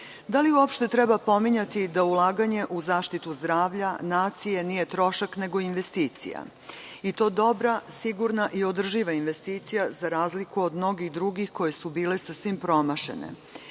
Da li uopšte treba pominjati da ulaganje u zaštitu zdravlja nacije nije trošak nego investicija i to dobra, sigurna i održiva investicija, za razliku od mnogih drugih, koje su bile sasvim promašene